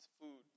food